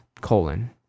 colon